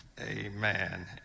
Amen